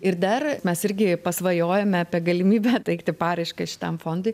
ir dar mes irgi pasvajojame apie galimybę teikti paraišką šitam fondui